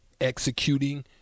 executing